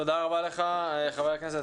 תודה רבה חבר הכנסת,